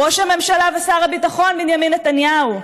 ראש הממשלה ושר הביטחון בנימין נתניהו.